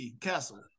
castle